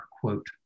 quote